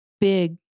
big